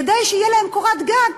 כדי שתהיה להם קורת גג,